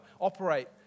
operate